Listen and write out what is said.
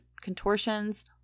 contortions